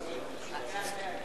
ההצעה להעביר את